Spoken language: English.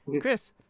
Chris